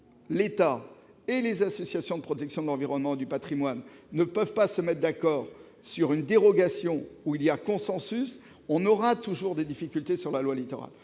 État et associations de protection de l'environnement et du patrimoine peuvent se mettre d'accord sur une dérogation pour laquelle il y a consensus, on aura toujours des difficultés avec la loi Littoral.